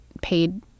paid